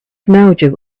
mildew